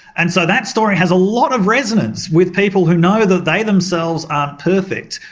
and so that story has a lot of resonance with people who know that they themselves aren't perfect,